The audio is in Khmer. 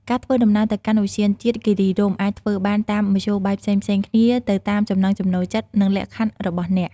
ការធ្វើដំណើរទៅកាន់ឧទ្យានជាតិគិរីរម្យអាចធ្វើបានតាមមធ្យោបាយផ្សេងៗគ្នា ទៅតាមចំណង់ចំណូលចិត្ត និងលក្ខខណ្ឌរបស់អ្នក។